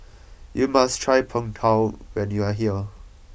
you must try Pong Tao when you are here